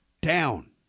down